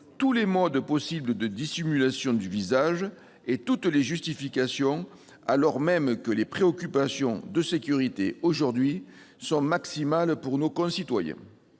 tous les modes possibles de dissimulation du visage et toutes les justifications, alors même que les préoccupations de sécurité sont maximales pour nos concitoyens.